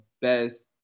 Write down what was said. best